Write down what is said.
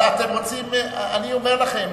אתם רוצים, אני אומר לכם,